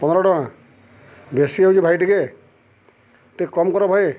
ପନ୍ଦର ଟଙ୍କା ବେଶୀ ହଉଛି ଭାଇ ଟିକେ ଟିକେ କମ କର ଭାଇ